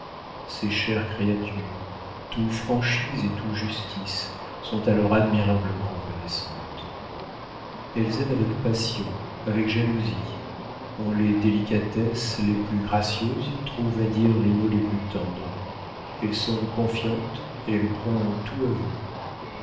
ces chères créatures tout franchise et tout justice sont alors admirablement reconnaissantes elles aiment avec passion avec jalousie ont les délicatesses les plus gracieuses trouvent à dire les mots les plus tendres elles sont confiantes elles croient en tout à vous